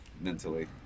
mentally